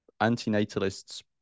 antinatalists